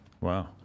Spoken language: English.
Wow